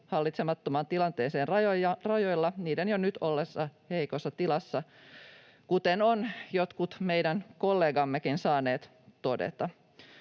hallitsemattomaan tilanteeseen rajoilla niiden ollessa jo nyt heikossa tilassa, kuten ovat jotkut meidän kollegammekin saaneet todeta.